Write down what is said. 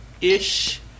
ish